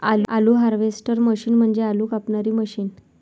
आलू harvester machine म्हणजे आलू कापणारी मशीन